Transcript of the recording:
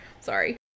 Sorry